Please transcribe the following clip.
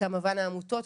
וכמובן העמותות,